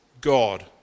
God